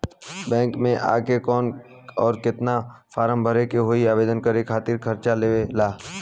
Bank मे आ के कौन और केतना फारम भरे के होयी आवेदन करे के खातिर कर्जा लेवे ला?